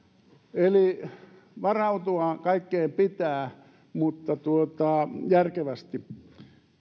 eli varautua kaikkeen pitää mutta järkevästi